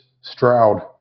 Stroud